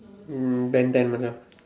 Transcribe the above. mm Ben-ten Macha